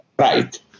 right